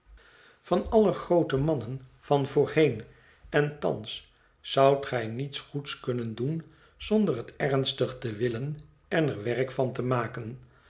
van alle groote mannen van voorheen en thans zoudt gij niets goeds kunnen doen zonder het ernstig te willen en er werk van te maken